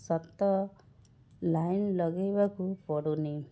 ସତ ଲାଇନ ଲଗେଇବାକୁ ପଡ଼ୁନି